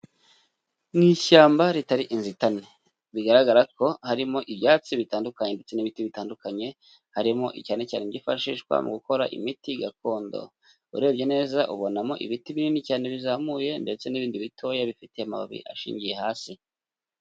Mu ishyamba ritari inzitane, bigaragara ko harimo ibyatsi bitandukanye ndetse n'ibiti bitandukanye, harimo cyane cyane ibyifashishwa mu gukora imiti gakondo, urebye neza ubonamo ibiti binini cyane bizamuye ndetse n'ibindi bitoya bifite amababi ashingiye hasi.